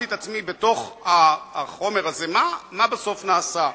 בתוך החומש הזה, שאלתי את עצמי, מה בסוף נעשה?